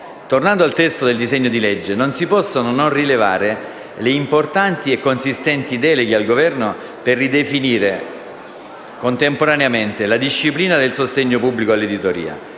Tornando al testo del disegno di legge, non si possono non rilevare le importanti e consistenti deleghe al Governo per ridefinire contemporaneamente la disciplina del sostegno pubblico all'editoria,